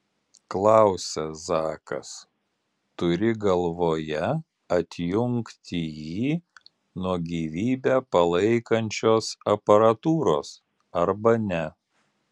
klausia zakas turi galvoje atjungti jį nuo gyvybę palaikančios aparatūros arba ne